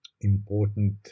important